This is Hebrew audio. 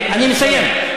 אני מסיים.